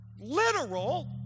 literal